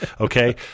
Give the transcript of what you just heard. okay